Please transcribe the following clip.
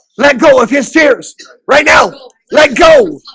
let go of his fears right now let go